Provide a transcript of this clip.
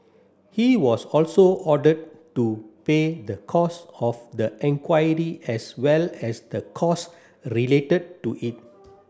he was also ordered to pay the costs of the inquiry as well as the costs related to it